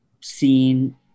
seen